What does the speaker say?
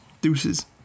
Deuces